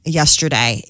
yesterday